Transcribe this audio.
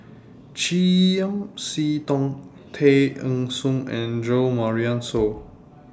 Chiam See Tong Tay Eng Soon and Jo Marion Seow